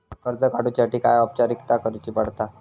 कर्ज काडुच्यासाठी काय औपचारिकता करुचा पडता?